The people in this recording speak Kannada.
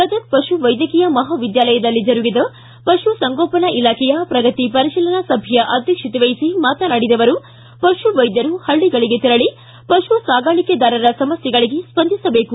ಗದಗ್ ಪಶು ವೈದ್ಯಕೀಯ ಮಹಾವಿದ್ಯಾಲಯದಲ್ಲಿ ಜರುಗಿದ ಪಶು ಸಂಗೋಪನಾ ಇಲಾಖೆಯ ಪ್ರಗತಿ ಪರಿಶೀಲನಾ ಸಭೆಯ ಅಧ್ಯಕ್ಷತೆ ವಹಿಸಿ ಮಾತನಾಡಿದ ಅವರು ಪಶುವೈದ್ದರು ಹಳ್ಳಗಳಿಗೆ ತೆರಳಿ ಪಶು ಸಾಕಾಣಿಕೆದಾರರ ಸಮಸ್ಥೆಗಳಿಗೆ ಸ್ಪಂದಿಸಬೇಕು